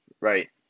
right